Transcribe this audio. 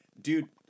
Dude